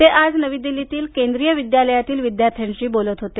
ते आज नवी दिल्लीतील केंद्रीय विद्यालयातील विद्यार्थ्यांशी बोलत होते